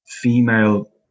female